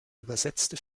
übersetzte